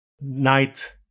night